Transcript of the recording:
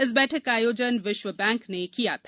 इस बैठक का आयोजन विश्व बैंक ने किया था